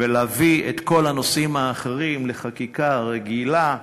ולהביא את כל הנושאים האחרים לחקיקה רגילה,